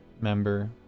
member